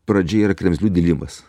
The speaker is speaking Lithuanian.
pradžia yra kremzlių dilimas